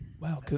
Wow